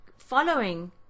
Following